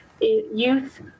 youth